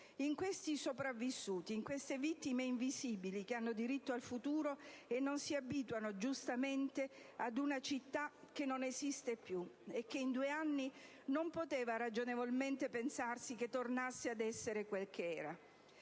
riguarda i sopravvissuti, queste vittime invisibili che hanno diritto al futuro e giustamente non si abituano ad una città che non esiste più e che in due anni non poteva ragionevolmente pensarsi potesse tornare a essere quella che era.